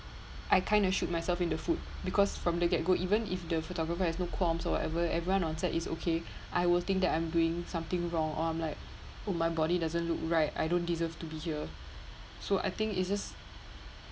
I kind of shoot myself in the foot because from the get go even if the photographer has no qualms or whatever everyone on set is okay I will think that I'm doing something wrong or I'm like oh my body doesn't look right I don't deserve to be here so I think it's just